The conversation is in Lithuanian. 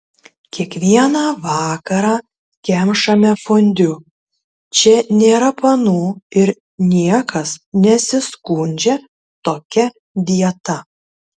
kiekvieną vakarą kemšame fondiu čia nėra panų ir niekas nesiskundžia tokia dieta